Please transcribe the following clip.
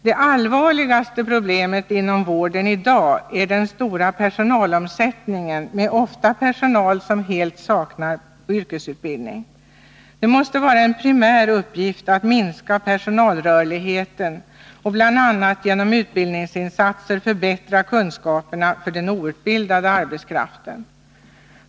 Det allvarligaste problemet inom vården i dag är den stora personalomsättningen, ofta med personal som helt saknar yrkesutbildning. Det måste vara en primär uppgift att minska personalrörligheten och bl.a. genom utbildningsinsatser förbättra kunskaperna för den outbildade arbetskraften.